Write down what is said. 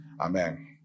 amen